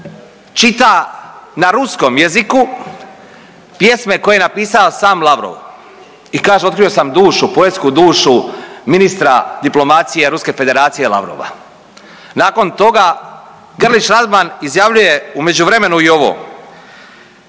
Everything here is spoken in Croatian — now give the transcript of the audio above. čita na ruskom jeziku pjesme koje je napisao sam Lavrov i kaže otkrio sam dušu, poetsku dušu ministra diplomacije Ruske Federacije Lavrova. Nakon toga Grlić Radman izjavljuje u međuvremenu i ovo